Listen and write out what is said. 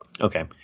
Okay